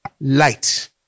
light